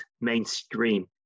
mainstream